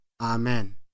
Amen